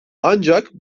ancak